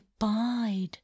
abide